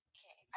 Okay